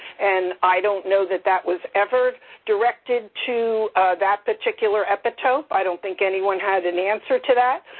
and i don't know that that was ever directed to that particular epitope. i don't think anyone had an answer to that,